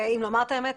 אם לומר את האמת,